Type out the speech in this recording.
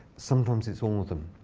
sometimes it's all of them.